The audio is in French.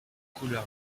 couleur